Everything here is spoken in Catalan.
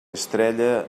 estrella